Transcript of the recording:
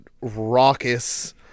raucous